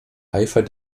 eifer